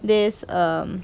this um